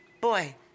Boy